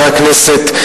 חברי הכנסת,